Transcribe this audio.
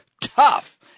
Tough